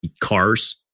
cars